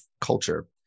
culture